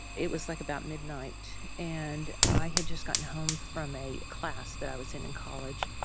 it was like about midnight and i had just gotten home from a class that i was in, in college.